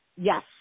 Yes